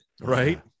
right